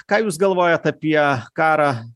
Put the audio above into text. ką jūs galvojat apie karą